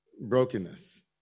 brokenness